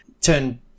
turn